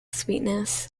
sweetness